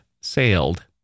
sailed